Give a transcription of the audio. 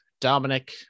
Dominic